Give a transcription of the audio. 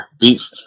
beef